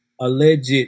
alleged